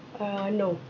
uh no